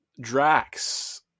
Drax